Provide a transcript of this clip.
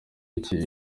icyo